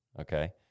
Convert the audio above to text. Okay